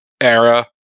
era